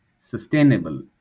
sustainable